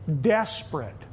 Desperate